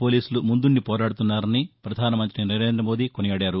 పోలీసులు ముందుంది పోరాదుతున్నారని ప్రధానమంతి నరేంద్ర మోదీ కొనియాడారు